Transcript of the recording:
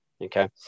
okay